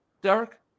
Derek